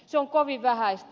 se on kovin vähäistä